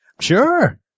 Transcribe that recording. Sure